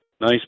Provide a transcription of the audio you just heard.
Nice